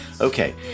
Okay